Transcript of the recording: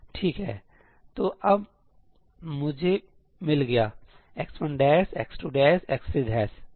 ठीक है तो अब मुझे मिल गया है x1 x2 x3